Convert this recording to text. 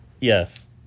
Yes